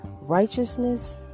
Righteousness